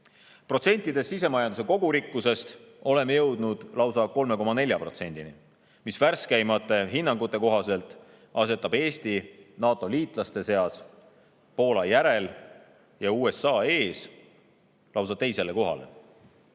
Protsentides sisemajanduse kogurikkusest oleme jõudnud lausa 3,4%-ni, mis värskeimate hinnangute kohaselt asetab Eesti NATO liitlaste seas Poola järel ja USA ees lausa teisele kohale.